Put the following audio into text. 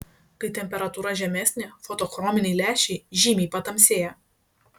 kai temperatūra žemesnė fotochrominiai lęšiai žymiai patamsėja